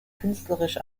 künstlerisch